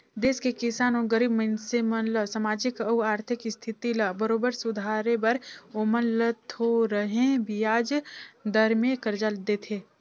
देस के किसान अउ गरीब मइनसे मन ल सामाजिक अउ आरथिक इस्थिति ल बरोबर सुधारे बर ओमन ल थो रहें बियाज दर में करजा देथे